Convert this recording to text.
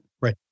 Right